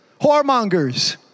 whoremongers